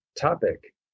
topic